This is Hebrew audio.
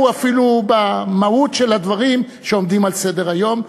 אפילו במהות של הדברים שעומדים על סדר-היום.